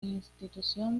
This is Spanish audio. institución